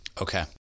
Okay